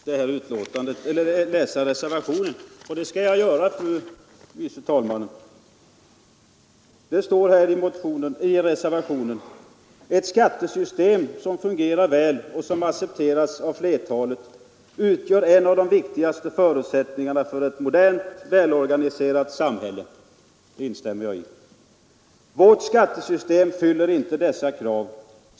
Herr talman! Jag begärde ordet med anledning att jag blev anmodad att läsa reservationen, och det skall jag göra, fru andre vice talman. Det står i reservationen: ”Som framhållits i motionen 1973:1022 utgör ett skattesystem, som fungerar väl och som accepteras av flertalet, en av de viktigaste förutsättningarna för ett modernt, välorganiserat samhälle.” Det instäm mer jag i. ”Vårt skattesystem fyller inte dessa krav.